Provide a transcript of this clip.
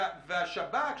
והשב"כ,